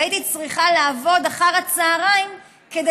והייתי צריכה לעבוד אחר הצוהריים כדי